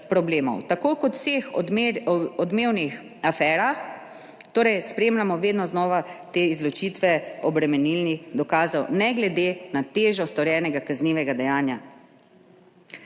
tako kot v vseh odmevnih aferah, torej spremljamo vedno znova te izločitve obremenilnih dokazov, ne glede na težo storjenega kaznivega dejanja.